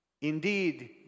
Indeed